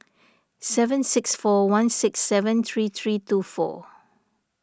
seven six four one six seven three three two four